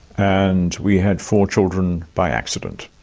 and we had four children by accident,